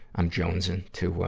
i'm jonesing to,